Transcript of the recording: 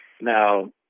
Now